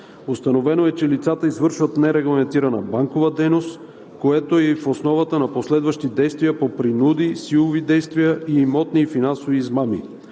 Установено е, че лицата извършват нерегламентирана банкова дейност, което е и в основата на последващи действия, по принуди, силови действия, имотни и финансови измами.